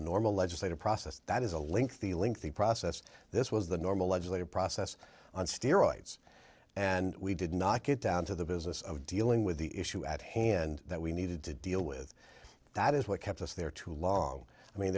normal legislative process that is a link the link the process this was the normal legislative process on steroids and we did not get down to the business of dealing with the issue at hand and that we needed to deal with that is what kept us there too long i mean